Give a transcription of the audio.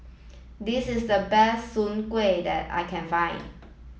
this is the best Soon Kueh that I can find